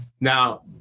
Now